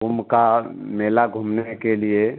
कुम्भ का मेला घूमने के लिए